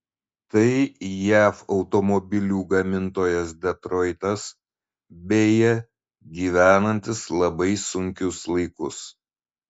tai jav automobilių gamintojas detroitas beje gyvenantis labai sunkius laikus